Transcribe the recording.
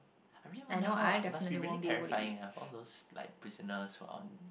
I really wonder how it must be very terrifying ah for all those prisoners who are on